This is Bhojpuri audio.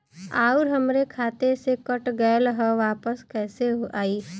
आऊर हमरे खाते से कट गैल ह वापस कैसे आई?